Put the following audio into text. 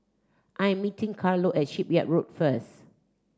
I'm meeting Carlo at Shipyard Road first